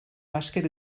bàsquet